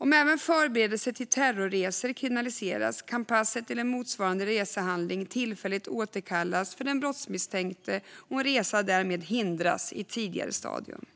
Om även förberedelse till terrorresor kriminaliseras kan pass eller motsvarande resehandling tillfälligt återkallas för den brottsmisstänkte och en resa därmed hindras i ett tidigare stadium.